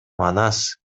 манас